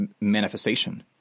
manifestation